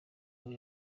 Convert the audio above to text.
muri